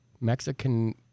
Mexican